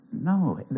no